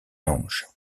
ange